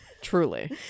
Truly